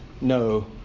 no